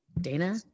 Dana